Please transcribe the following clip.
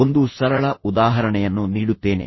ಒಂದು ಸರಳ ಉದಾಹರಣೆಯನ್ನು ನೀಡುತ್ತೇನೆ